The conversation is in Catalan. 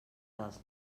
dels